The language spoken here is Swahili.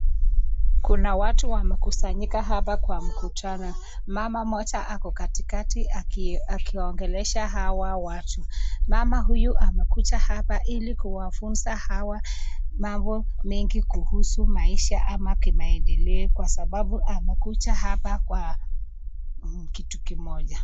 Kuna watu wamekusanyika hapa kwa mkutano. Mama mmoja ako katikati akiwaongelesha hawa watu. Mama huyu amekuja hapa ili kuwafuza hawa mambo mengi kuhusu maisha ama kimaendeleo kwa sababu amekuja hapa kwa kitu kimoja.